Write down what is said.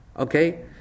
Okay